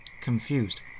confused